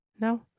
No